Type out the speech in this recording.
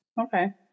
Okay